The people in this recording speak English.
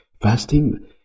Fasting